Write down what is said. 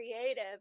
creative